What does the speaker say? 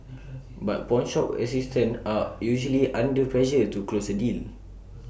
but pawnshop assistants are usually under pressure to close A deal